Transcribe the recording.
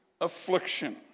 affliction